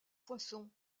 poissons